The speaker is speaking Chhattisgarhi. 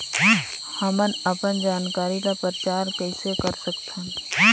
हमन अपन जानकारी ल प्रचार कइसे कर सकथन?